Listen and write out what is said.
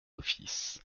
offices